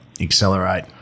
accelerate